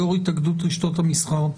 יושב ראש התאגדות רשתות המסחר.